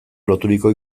loturiko